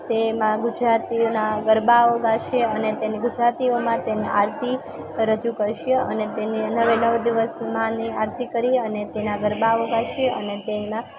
તેમાં ગુજરાતીના ગરબાઓ ગાશે અને તેને ગુજરાતીઓમાં તેને આરતી રજૂ કરશે અને તેને નવે નવ દિવસ માની આરતી કરી અને તેના ગરબાઓ ગાશે અને તેના